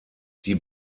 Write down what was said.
die